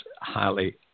highly